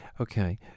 Okay